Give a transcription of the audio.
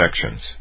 sections